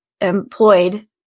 employed